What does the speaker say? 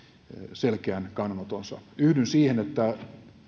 selkeän kannanottonsa yhdyn siihen että